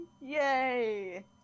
Yay